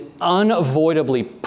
unavoidably